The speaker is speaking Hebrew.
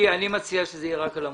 אני מציע שזה יהיה רק על המורחב.